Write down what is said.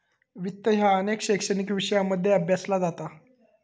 वित्त ह्या अनेक शैक्षणिक विषयांमध्ये अभ्यासला जाता